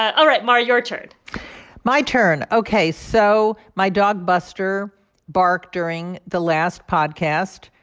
all right. mara, your turn my turn, ok. so my dog buster barked during the last podcast.